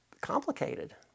complicated